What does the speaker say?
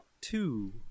Two